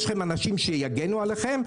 יש לכם אנשים שיגנו עליכם,